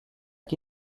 qui